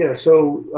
yeah so,